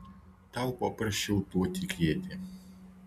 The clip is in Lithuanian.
tau paprasčiau tuo tikėti